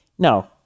No